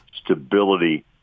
stability